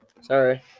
Sorry